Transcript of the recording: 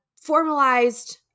formalized